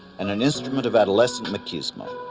and an instrument of adolescent machismo.